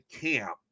camp